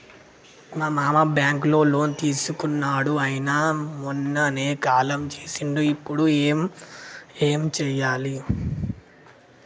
మా మామ బ్యాంక్ లో లోన్ తీసుకున్నడు అయిన మొన్ననే కాలం చేసిండు ఇప్పుడు మేం ఏం చేయాలి?